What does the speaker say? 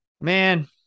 man